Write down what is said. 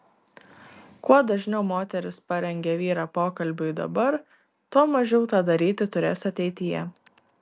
kuo dažniau moteris parengia vyrą pokalbiui dabar tuo mažiau tą daryti turės ateityje